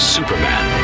Superman